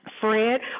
Fred